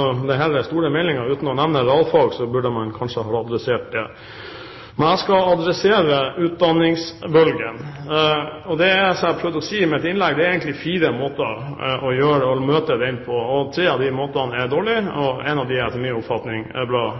om denne store meldingen uten å nevne realfag, burde man kanskje ha adressert det. Men jeg skal adressere utdanningsbølgen. Det jeg prøvde å si i mitt innlegg, er at det egentlig er fire måter å møte den på. Tre av de måtene er dårlige, og en